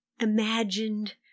imagined